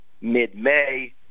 mid-May